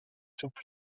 took